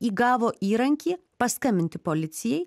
įgavo įrankį paskambinti policijai